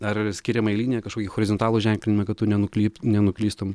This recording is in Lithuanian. ar skiriamąją liniją kažkokį horizontalų ženklinimą kad tu nenukryp nenuklystum